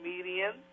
comedians